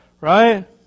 Right